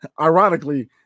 ironically